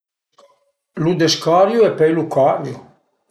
Lu descariu e pöi lu cariu